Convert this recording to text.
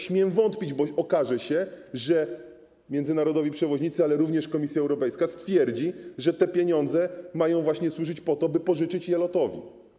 Śmiem wątpić, bo okaże się, że międzynarodowi przewoźnicy, jak również Komisja Europejska stwierdzą, że te pieniądze mają właśnie służyć temu, by pożyczyć je LOT-owi.